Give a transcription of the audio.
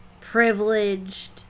privileged